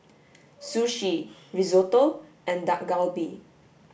sushi risotto and Dak Galbi